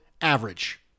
average